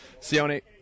Sione